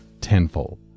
tenfold